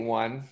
one